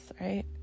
right